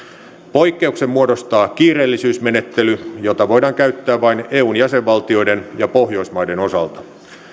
poikkeuksen muodostaa kiireellisyysmenettely jota voidaan käyttää vain eun jäsenvaltioiden ja pohjoismaiden osalta